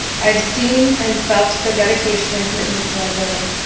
i've seen and felt the dedication and commitment to our building.